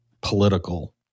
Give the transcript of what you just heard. political